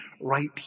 right